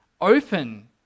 open